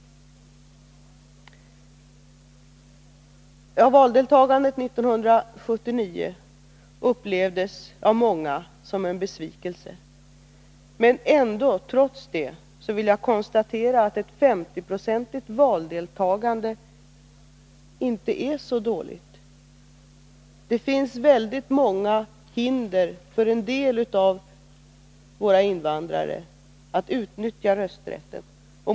Valdeltagandet bland invandrarna i 1979 års val upplevdes av många som en besvikelse. Men trots det vill jag konstatera att 50 90 valdeltagande inte är så dåligt. Det finns väldigt många hinder för en del invandrare att utnyttja rösträtten.